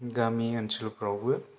गामि ओनसोलफोरावबो